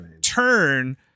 turn